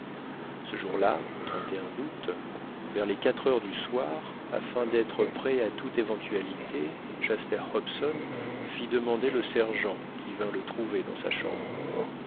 ce jour-là août vers les quatre heures du soir afin d'être prêt à toute éventualité jasper hobson fit demander le sergent qui vint le trouver dans sa chambre